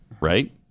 right